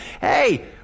hey